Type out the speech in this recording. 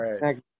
Right